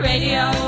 Radio